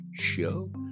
show